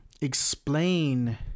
explain